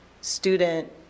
student